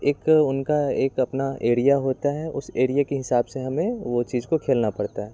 एक उनका एक अपना एरिया होता है उस एरिये के हिसाब से हमें वह चीज़ को खेलना पड़ता है